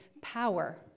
power